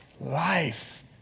life